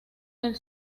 del